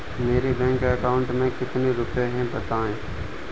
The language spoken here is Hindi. मेरे बैंक अकाउंट में कितने रुपए हैं बताएँ?